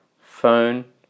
phone